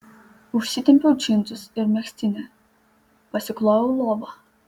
užsitempiau džinsus ir megztinį pasiklojau lovą